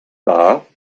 bar